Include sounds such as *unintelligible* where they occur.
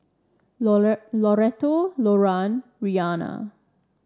*unintelligible* Loretto Loran Rhianna